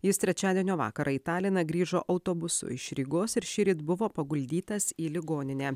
jis trečiadienio vakarą į taliną grįžo autobusu iš rygos ir šįryt buvo paguldytas į ligoninę